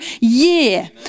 year